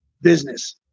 business